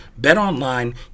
BetOnline